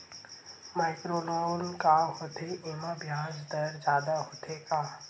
Micro loan का होथे येमा ब्याज दर जादा होथे का?